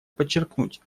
подчеркнуть